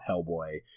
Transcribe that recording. Hellboy